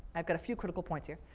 i've got a few critical points here,